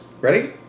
Ready